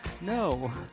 No